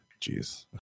Jeez